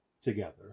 together